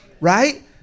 Right